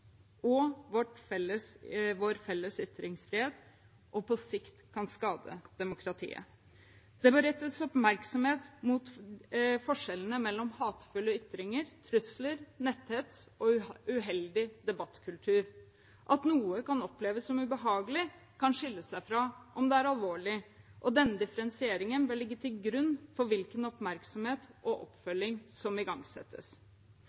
vår felles ytringsfrihet og på sikt kan skade demokratiet. Det må rettes oppmerksomhet mot forskjellene mellom hatefulle ytringer, trusler, netthets og uheldig debattkultur. At noe kan oppleves som ubehagelig, kan skille seg fra om det er alvorlig, og denne differensieringen bør ligge til grunn for hvilken oppmerksomhet og